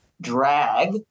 drag